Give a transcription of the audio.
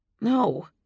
No